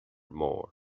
mór